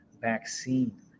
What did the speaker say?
vaccine